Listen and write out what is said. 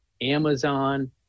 Amazon